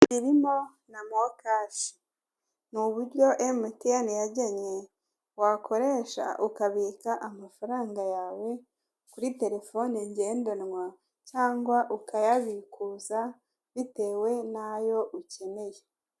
Tubirimo na mokashi. Ni uburyo emutiyeni yaryenye, wakoresha ukabika amafaranga yawe kuri telefone ngendanwa, cyangwa ukayabikuza bitewe n'ayo ukeneye.